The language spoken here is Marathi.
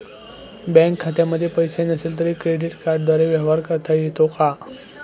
बँक खात्यामध्ये पैसे नसले तरी क्रेडिट कार्डद्वारे व्यवहार करता येतो का?